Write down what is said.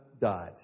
died